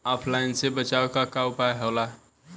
ऑफलाइनसे बचाव के उपाय का होला?